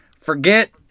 Forget